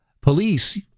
Police